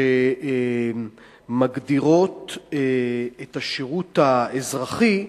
שמגדירות את השירות האזרחי,